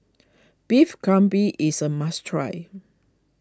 Beef Galbi is a must try